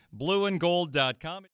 BlueAndGold.com